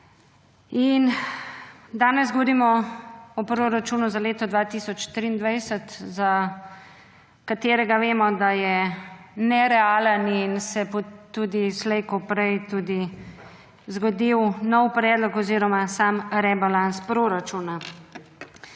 in danes govorimo o proračunu za leto 2023, za katerega vemo, da je nerealen in se bo tudi slej kot prej tudi zgodil nov predlog oziroma sam rebalans proračuna.